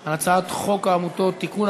על הצעת חוק העמותות (תיקון,